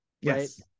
Yes